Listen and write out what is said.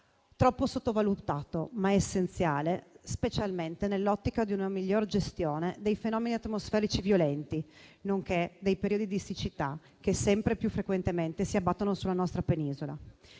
troppo sottovalutato, ma è essenziale, specialmente nell'ottica di una migliore gestione dei fenomeni atmosferici violenti, nonché dei periodi di siccità che sempre più frequentemente si abbattono sulla nostra Penisola.